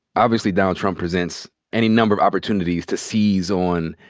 obviously, donald trump presents any number of opportunities to seize on,